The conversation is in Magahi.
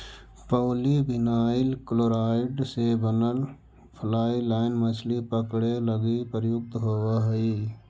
पॉलीविनाइल क्लोराइड़ से बनल फ्लाई लाइन मछली पकडे लगी प्रयुक्त होवऽ हई